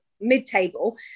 mid-table